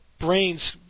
brains